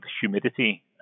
humidity